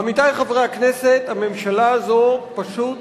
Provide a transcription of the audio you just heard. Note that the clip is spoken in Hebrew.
עמיתי חברי הכנסת, הממשלה הזו פשוט